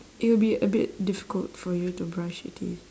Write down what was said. it would be a bit difficult for you to brush your teeth